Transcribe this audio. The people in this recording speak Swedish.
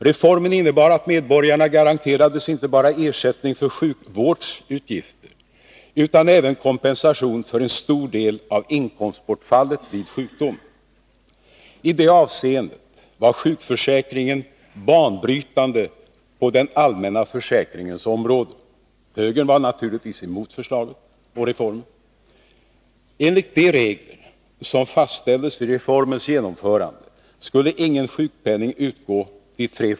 Reformen innebar att medborgarna garanterades inte bara ersättning för sjukvårdsutgifter utan även kompensation för en stor del av inkomstbortfallet vid sjukdom. I det avseendet var sjukförsäkringen banbrytande på den allmänna försäkringens område. Högern var naturligtvis emot reformen.